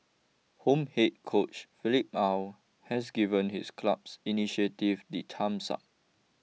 home head coach Philippe Aw has given his club's initiative the thumbs up